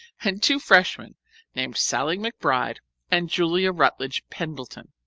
and two freshmen named sallie mcbride and julia rutledge pendleton.